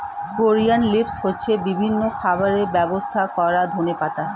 coriander leaves হচ্ছে বিভিন্ন খাবারে ব্যবহার করা ধনেপাতা